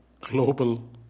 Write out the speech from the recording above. global